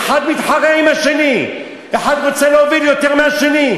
האחד מתחרה עם השני, האחד רוצה להוביל יותר מהשני.